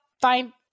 fine